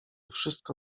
wszystko